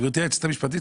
גברתי היועצת המשפטית,